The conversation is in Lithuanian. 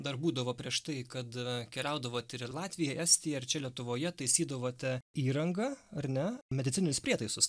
dar būdavo prieš tai kada keliaudavot ir į latviją estiją ir čia lietuvoje taisydavote įrangą ar ne medicininius prietaisus